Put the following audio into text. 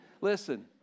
Listen